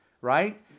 right